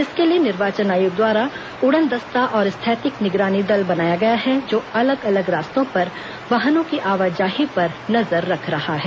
इसके लिए निर्वाचन आयोग द्वारा उड़नदस्ता और स्थैतिक निगरानी दल बनाया गया है जो अलग अलग रास्तों पर वाहनों की आवाजाही पर नजर रख रहा है